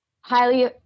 highly